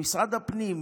ממשרד הפנים,